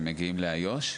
כשהם מגיעים לאיו"ש?